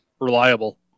reliable